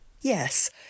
Yes